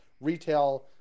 retail